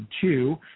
two